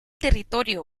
territorio